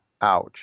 Ouch